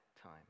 time